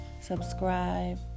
subscribe